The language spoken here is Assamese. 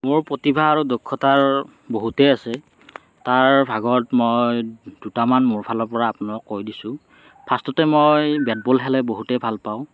মোৰ প্ৰতিভা আৰু দক্ষতা বহুতেই আছে তাৰ ভাগত মই দুটামান মোৰ ফালৰ পৰা আপোনালোকক কৈ দিছোঁ ফাষ্টতে মই বেট বল খেলি বহুতেই ভাল পাওঁ